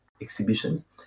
exhibitions